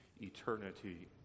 Eternity